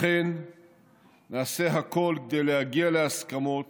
לכן נעשה הכול כדי להגיע להסכמות